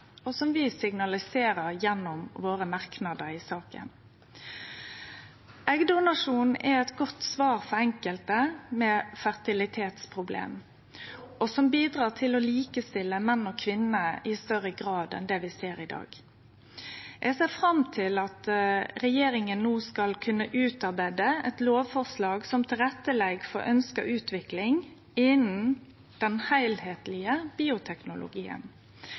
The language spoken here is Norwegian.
og som vi signaliserer gjennom våre merknader i saka. Eggdonasjon er eit godt svar for enkelte med fertilitetsproblem og bidreg til å likestille menn og kvinner i større grad enn det vi ser i dag. Eg ser fram til at regjeringa no skal kunne utarbeide eit lovforslag som legg til rette for ønskt utvikling innanfor den heilskaplege bioteknologien